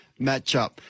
matchup